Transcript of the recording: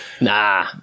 Nah